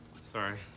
sorry